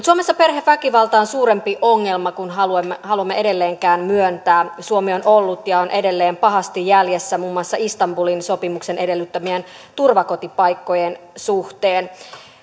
suomessa perheväkivalta on suurempi ongelma kuin haluamme haluamme edelleenkään myöntää suomi on ollut ja on edelleen pahasti jäljessä muun muassa istanbulin sopimuksen edellyttämien turvakotipaikkojen suhteen